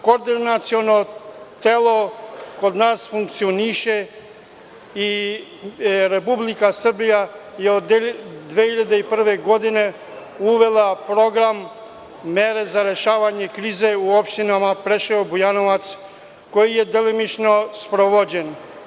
Koordinaciono telo kod nas funkcioniše i Republika Srbija je od 2001. godine uvela program mera za rešavanje krize u opštinama Preševo, Bujanovac, koji je delimično sprovođen.